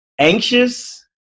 anxious